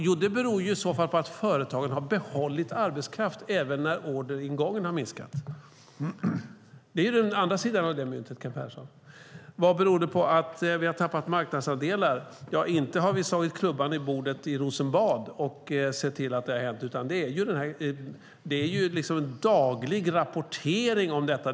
Jo, det beror i så fall på att företagen har behållit arbetskraft även när orderingången har minskat. Det är den andra sidan av det myntet, Kent Persson. Vad beror det på att vi har tappat marknadsandelar? Ja, inte har vi slagit klubban i bordet i Rosenbad och sett till att det har hänt. Det är ju daglig rapportering om detta.